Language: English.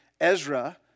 Ezra